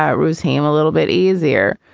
um rose, have a little bit easier,